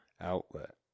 outlet